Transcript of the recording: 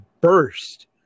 burst